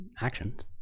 actions